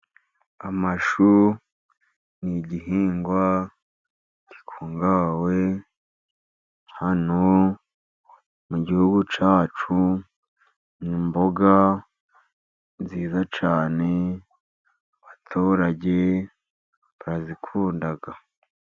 Amashu n'igihingwa gikungahaye hano mu gihugu cyacu . Ni imboga nziza cyane abaturage bakunda.